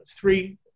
three